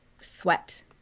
sweat